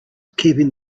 keeping